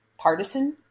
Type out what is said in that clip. Partisan